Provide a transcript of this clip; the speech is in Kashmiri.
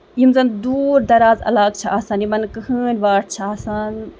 یِم زَن دوٗر دَرازٕ علاقہٕ چھِ آسان یِمن نہٕ کٕہینۍ نہٕ واٹھ چھُ آسان